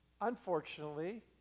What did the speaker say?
unfortunately